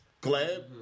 Glad